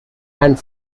and